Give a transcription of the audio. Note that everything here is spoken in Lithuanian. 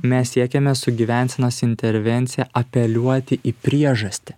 mes siekiame su gyvensenos intervencija apeliuoti į priežastį